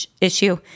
issue